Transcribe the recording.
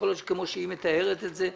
יכול להיות שזה כמו שהיא מתארת את זה.